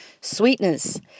sweetness